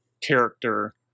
character